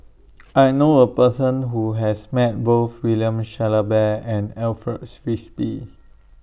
I know A Person Who has Met Both William Shellabear and Alfred Frisby